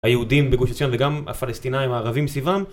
היהודים בגוש ציון וגם הפלסטינאים הערבים סביבם